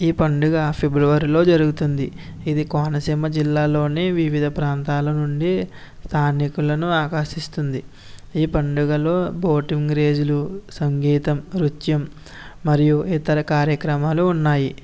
ఈ పండుగ ఫిబ్రవరి లో జరుగుతుంది ఇది కోనసీమ జిల్లాలోనే వివిధ ప్రాంతాల నుండి స్థానికులను ఆకర్షిస్తుంది ఈ పండుగలో బోటింగ్ రేసులు సంగీతం నృత్యం మరియు ఇతర కార్యక్రమాలు ఉన్నాయి